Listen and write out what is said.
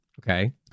Okay